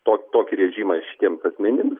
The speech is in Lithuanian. to tokį režimą šitiems asmenims